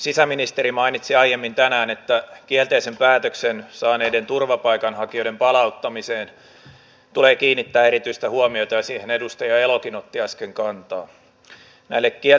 sisäministeri mainitsi aiemmin tänään että kielteisen päätöksen saaneiden turvapaikanhakijoiden palauttamiseen tulee kiinnittää erityistä huomiota ja siihen edustaja elokin otti äsken kantaa